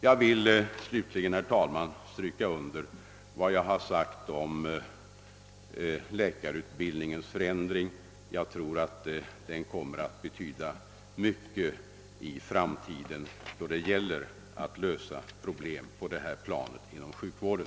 | Jag vill slutligen, herr talman, stryka under vad jag har sagt om läkarutbildningens förändring. Jag tror att den kommer att betyda mycket i framtiden då det gäller att lösa problem på detta plan inom sjukvården.